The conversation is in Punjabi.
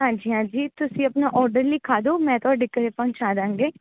ਹਾਂਜੀ ਹਾਂਜੀ ਤੁਸੀਂ ਆਪਣਾ ਔਡਰ ਲਿਖਾ ਦਿਓ ਮੈਂ ਤੁਹਾਡੇ ਘਰ ਪਹੁੰਚਾ ਦਿਆਂਗੇ